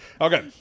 Okay